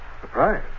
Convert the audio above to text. Surprise